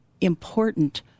important